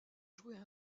jouer